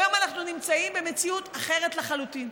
והיום אנחנו נמצאים במציאות אחרת לחלוטין.